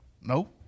No